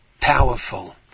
powerful